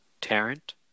Tarrant